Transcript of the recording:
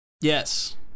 Yes